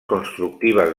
constructives